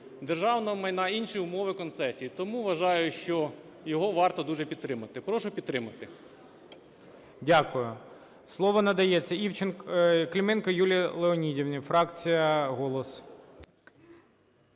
державного майна, інші умови концесії, тому вважаю, що його варто дуже підтримати. Прошу підтримати. ГОЛОВУЮЧИЙ. Дякую. Слово надається Івченко... Клименко Юлії Леонідівні, фракція "Голос".